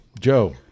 Joe